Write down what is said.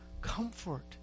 comfort